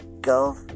go